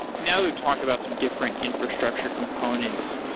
now we've talked about some different infrastructure components.